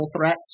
threats